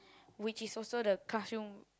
which is also the classroom